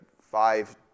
five